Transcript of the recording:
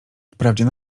wprawdzie